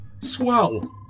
Swell